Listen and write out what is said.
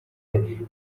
yagira